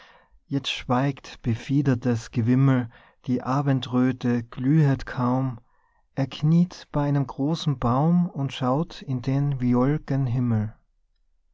jetzt schweigt befiedertes gewimmel die abendröthe glühet kaum er kniet bei einem großen baum und schaut in den viol'gen himmel